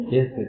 Yes